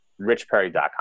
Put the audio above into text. richperry.com